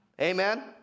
Amen